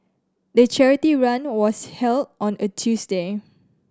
the charity run was held on a Tuesday